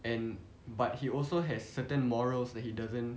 and but he also has certain morals that he doesn't